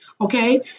Okay